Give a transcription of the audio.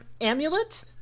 amulet